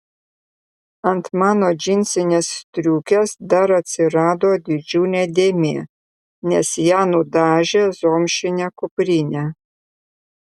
ant mano džinsinės striukės dar atsirado didžiulė dėmė nes ją nudažė zomšinė kuprinė